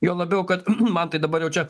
juo labiau kad mantai dabar jau čia